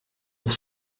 pour